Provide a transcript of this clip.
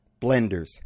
blenders